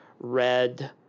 red